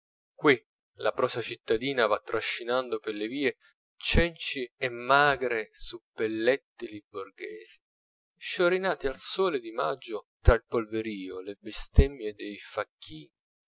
qui la prosa cittadina va trascinando per le vie cenci e magre suppellettili borghesi sciorinati al sole di maggio tra il polverio le bestemmie dei facchini